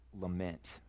lament